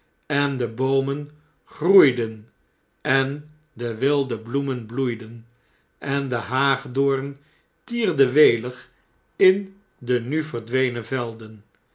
en de boomen groeiden en de wilde bloemen bloeiden en de haagdoorn tierde welig in de nu verdwenen velden